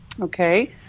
Okay